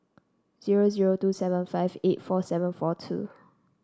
zero zero two seven five eight four seven four two